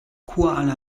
kuala